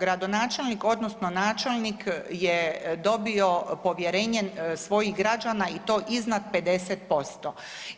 Gradonačelni, odnosno načelnik je dobio povjerenje svojih građana i to iznad 50%